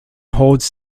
holds